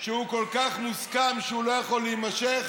שכל כך מוסכם שהוא לא יכול להימשך